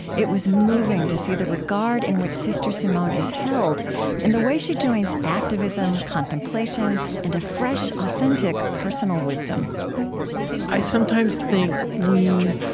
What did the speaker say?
it was moving to see the regard in which sr. simone is held and the way she joins activism, contemplation, and a fresh, authentic personal wisdom i sometimes think we,